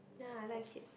ya I like kids